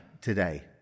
today